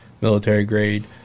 military-grade